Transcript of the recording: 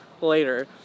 later